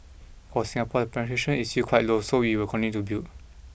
for Singapore the penetration is still quite low so we will continue to build